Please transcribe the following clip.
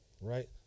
right